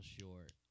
short